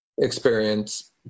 experience